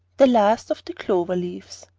the last of the clover-leaves.